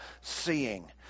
seeing